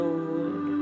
Lord